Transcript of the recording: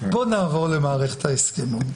בוא נעבור למערכת ההסכמים,